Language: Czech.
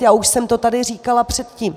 Já už jsem to tady říkala před tím.